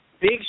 Big